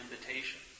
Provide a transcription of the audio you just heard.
invitation